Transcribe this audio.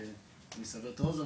ואני אסבר את האוזן,